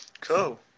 Cool